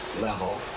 level